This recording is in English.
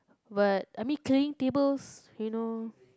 but I mean cleaning tables you know